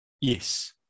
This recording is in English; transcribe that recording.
Yes